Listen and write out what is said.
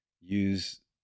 use